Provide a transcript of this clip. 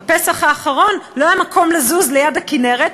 בפסח האחרון לא היה מקום לזוז ליד הכינרת,